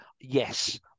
yes